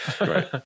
Right